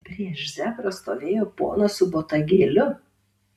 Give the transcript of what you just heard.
prieš zebrą stovėjo ponas su botagėliu